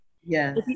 Yes